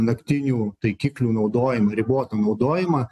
naktinių taikiklių naudojimą ribotą naudojimą